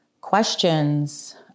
questions